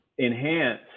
enhance